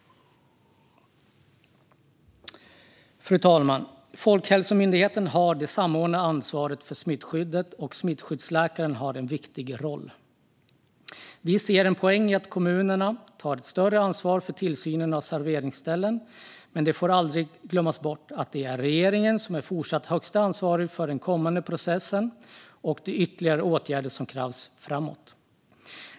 Fru talman! Folkhälsomyndigheten har det samordnande ansvaret för smittskyddet, och smittskyddsläkaren har en viktig roll. Vi ser en poäng i att kommunerna tar ett större ansvar för tillsynen av serveringsställen, men det får aldrig glömmas bort att det är regeringen som är fortsatt högst ansvarig för den kommande processen och de ytterligare åtgärder som krävs framåt.